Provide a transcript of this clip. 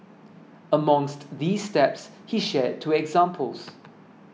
amongst these steps he shared two examples